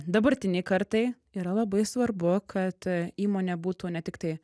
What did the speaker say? dabartinei kartai yra labai svarbu kad įmonė būtų ne tiktai